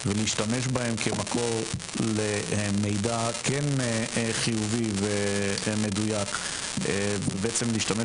ולהשתמש בהן כמקור למידע כן חיובי ומדויק ובעצם להשתמש